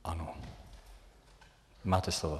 Ano, máte slovo.